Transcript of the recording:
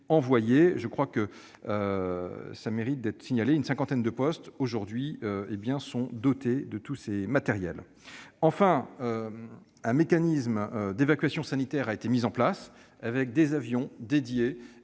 envoyés. Cela mérite d'être signalé. Une cinquantaine de postes sont à ce jour dotés de tous ces matériels. En outre, un mécanisme d'évacuation sanitaire a été mis en place, avec des avions dédiés,